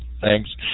Thanks